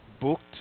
booked